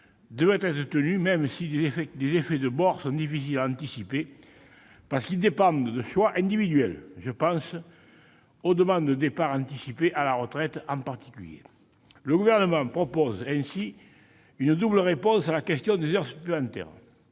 devrait être tenue, même si des effets de bords sont difficiles à anticiper, parce qu'ils dépendent de choix individuels- je pense en particulier aux demandes de départ anticipé à la retraite. Le Gouvernement propose une double réponse à la question des heures supplémentaires,